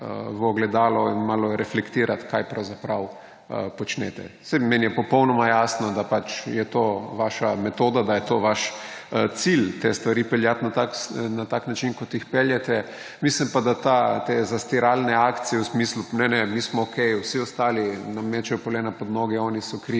v ogledalo in malo reflektirati, kaj pravzaprav počnete. Meni je popolnoma jasno, da pač je to vaša metoda, da je to cilj te stvari peljati na tak način, kot jih peljete. Mislim pa, da je ta zastiralna akcija v smislu »ne, ne, mi smo okej, vsi ostali nam mečejo polena pod noge, oni so krivi,